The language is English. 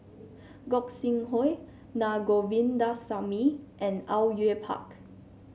Gog Sing Hooi Na Govindasamy and Au Yue Pak